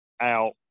out